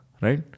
Right